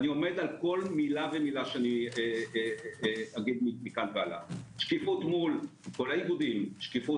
אני עומד על כל מילה שאגיד מכאן והלאה שקיפות מול כל הרופאים,